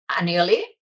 annually